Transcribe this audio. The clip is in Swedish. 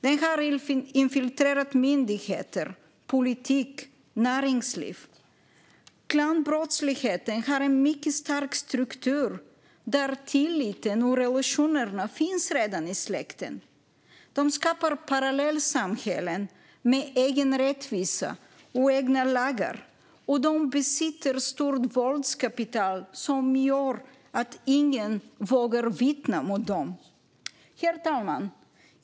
Den har infiltrerat myndigheter, politik och näringsliv. Klanbrottsligheten har en mycket stark struktur, där tilliten och relationerna redan finns i släkten. Klanerna skapar parallellsamhällen med egen rättvisa och egna lagar. De besitter också stort våldskapital som gör att ingen vågar vittna mot dem. Herr talman!